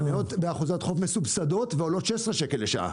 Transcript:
חניות באחוזות חוף מסובסדות ועולות 16 שקל לשעה.